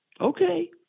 okay